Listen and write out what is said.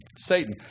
satan